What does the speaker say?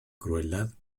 crueldad